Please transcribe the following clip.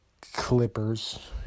Clippers